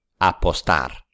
apostar